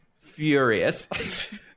furious